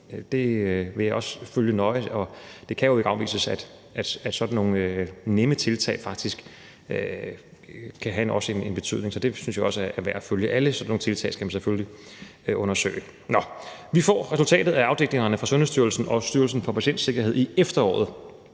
det vil jeg også følge nøje, og det kan jo ikke afvises, at sådan nogle nemme tiltag faktisk også kan have en betydning. Så det synes jeg også er værd at følge. Alle sådan nogle tiltag skal man selvfølgelig undersøge. Vi får resultatet af afdækningen fra Sundhedsstyrelsen og Styrelsen for Patientsikkerhed i efteråret,